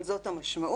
אבל זאת המשמעות.